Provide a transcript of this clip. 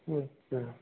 अच्छा